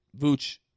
Vooch